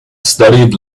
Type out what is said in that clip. studied